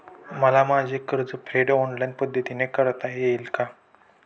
मला माझे कर्जफेड ऑनलाइन पद्धतीने करता येईल का?